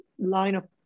lineup